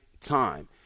time